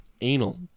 Anal